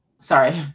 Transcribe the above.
sorry